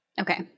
Okay